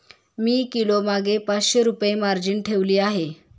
मी किलोमागे पाचशे रुपये मार्जिन ठेवली आहे